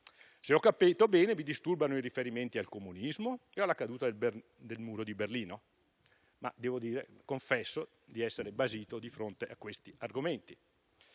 Se ho capito bene, vi disturbano i riferimenti al comunismo e alla caduta del Muro di Berlino, ma confesso di essere basito di fronte a questi argomenti.